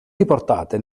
riportate